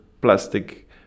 plastic